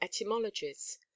etymologies